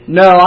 no